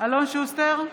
אלון שוסטר,